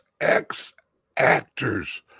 ex-actors